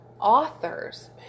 authors